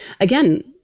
again